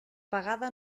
pagada